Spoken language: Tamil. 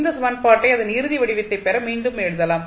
இந்த சமன்பாட்டை அதன் இறுதி வடிவத்தைப் பெற மீண்டும் எழுதலாம்